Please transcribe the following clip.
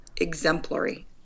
exemplary